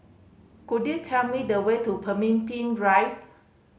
could you tell me the way to Pemimpin Drive